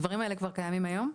הדברים האלו כבר קיימים היום?